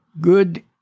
good